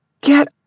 Get